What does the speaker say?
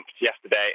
yesterday